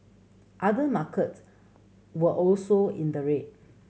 other markets were also in the red